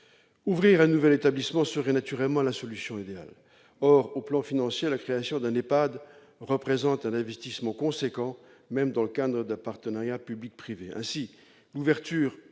Ouvrir un nouvel établissement serait naturellement la solution idéale. Or, du point de vue financier, la création d'un EHPAD représente un investissement important, même dans le cadre d'un partenariat public-privé.